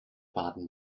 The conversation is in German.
baden